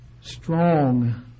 strong